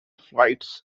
flights